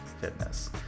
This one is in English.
fitness